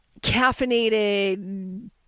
caffeinated